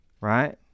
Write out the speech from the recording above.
Right